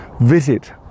visit